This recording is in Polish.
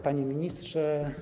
Panie Ministrze!